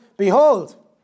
Behold